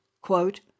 quote